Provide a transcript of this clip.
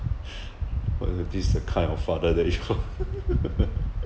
whether this is the kind of father that you know